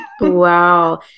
Wow